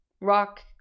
rock